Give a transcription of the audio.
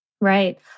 Right